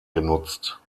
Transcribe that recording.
genutzt